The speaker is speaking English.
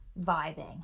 vibing